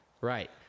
Right